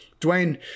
Dwayne